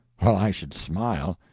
well, i should smile!